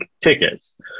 tickets